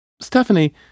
Stephanie